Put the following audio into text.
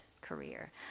career